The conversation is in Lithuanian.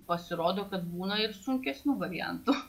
pasirodo kad būna ir sunkesnių variantų